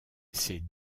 ces